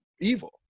evil